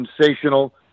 sensational